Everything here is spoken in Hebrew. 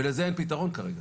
ולזה אין פתרון כרגע.